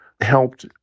helped